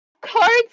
Cards